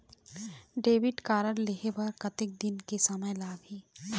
Debit card लेहे बर कतेक दिन के समय लगही?